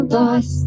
lost